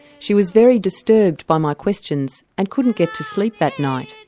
she was very disturbed by my questions and couldn't get to sleep that night.